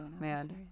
man